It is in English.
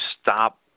stop –